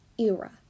era